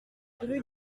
rue